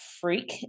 freak